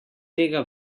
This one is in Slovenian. tega